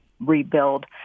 rebuild